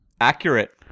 Accurate